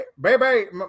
baby